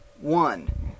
One